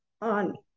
on